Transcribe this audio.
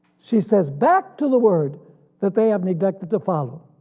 she says back to the word that they have neglected to follow.